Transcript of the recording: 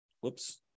whoops